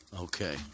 Okay